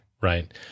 right